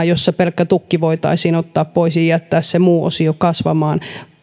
jossa pelkkä tukki voitaisiin ottaa pois ja jättää se muu osio kasvamaan